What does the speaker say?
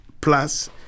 Plus